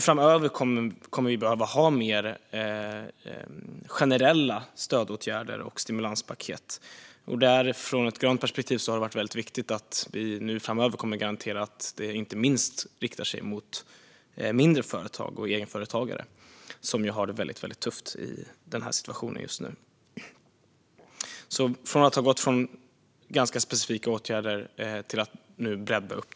Framöver kommer vi att behöva ha mer generella stödåtgärder och stimulanspaket. Från ett grönt perspektiv har det varit väldigt viktigt att vi nu framöver kommer att garantera att det inte minst riktar sig mot mindre företag och egenföretagare som just nu har det väldigt tufft i den här situationen. Vi går från ganska specifika åtgärder till att nu göra det bredare.